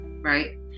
right